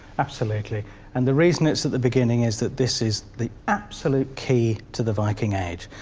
absolutely and the reason it's at the beginning is that this is the absolute key to the viking age,